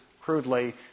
crudely